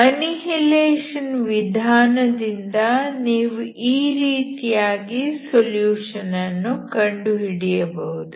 annihilation ವಿಧಾನದಿಂದ ನೀವು ಈ ರೀತಿಯಾಗಿ ಸೊಲ್ಯೂಷನ್ ಅನ್ನು ಕಂಡುಹಿಡಿಯಬಹುದು